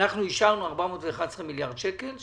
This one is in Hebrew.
שאישרנו 411 מיליארד שקל,